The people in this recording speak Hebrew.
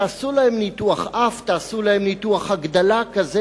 תעשו להן ניתוח אף או ניתוח הגדלה כזה